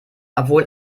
obwohl